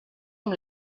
amb